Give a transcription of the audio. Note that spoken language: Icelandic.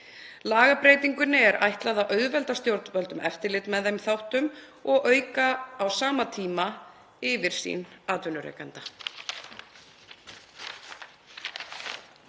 Lagabreytingunni er ætlað að auðvelda stjórnvöldum eftirlit með þeim þáttum og auka á sama tíma yfirsýn atvinnurekenda.